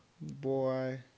boy